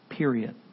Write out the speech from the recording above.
Period